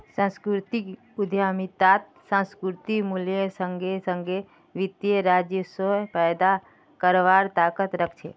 सांस्कृतिक उद्यमितात सांस्कृतिक मूल्येर संगे संगे वित्तीय राजस्व पैदा करवार ताकत रख छे